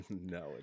No